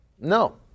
No